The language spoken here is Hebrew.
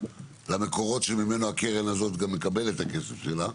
למקורות שממנה הקרן הזאת גם מקבלת את הכסף שלה.